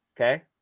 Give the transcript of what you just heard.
okay